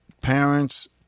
parents